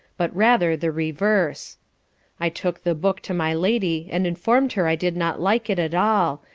but rather the reverse i took the book to my lady, and inform'd her i did not like it at all,